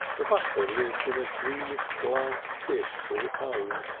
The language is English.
the butter lived in a greenish glass dish of its own.